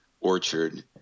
orchard